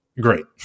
Great